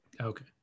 Okay